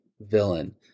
villain